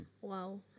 Wow